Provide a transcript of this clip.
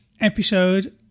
episode